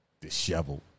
disheveled